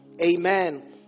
Amen